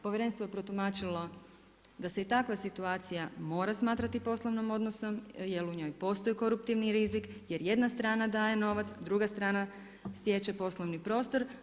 Povjerenstvo je protumačilo da se i takva situacija mora smatrati poslovnim odnosom, jer u njoj postoji koruptivni rizik, jer jedna strana daje novac, druga strana stječe poslovni prostor.